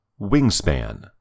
Wingspan